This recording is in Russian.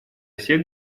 всех